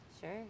sure